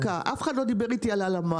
אף אחד לא דיבר איתי על הלאמה,